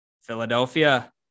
Philadelphia